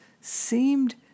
seemed